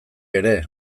ere